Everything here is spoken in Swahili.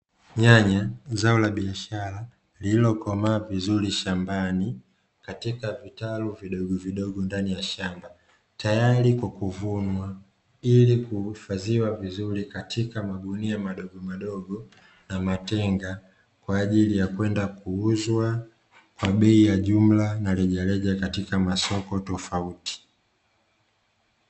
Nyanya ni zao la biashara lililo komaa vizuri shambani katika vitalu vidogo vidogo ndani ya shamba, tayari kwa kuvunwa ilikuhifadhiwa vizuri katika magunia madogomadogo na matenga kwa ajili ya kwenda kuuzwa kwa bei ya jumla na reja reja katika masoko tofauti.